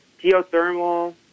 geothermal